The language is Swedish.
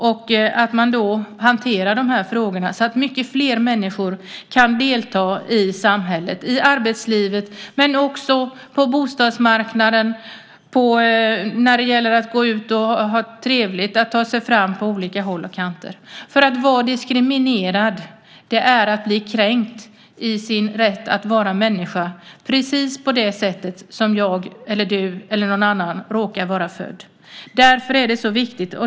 Fler människor ska kunna delta i samhället, i arbetslivet, på bostadsmarknaden, kunna gå ut och ha trevligt och ta sig fram på olika håll och kanter. Att vara diskriminerad är att bli kränkt i sin rätt att vara människa, precis på det sättet som jag, du eller någon annan råkar vara född. Därför är det så viktigt.